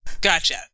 Gotcha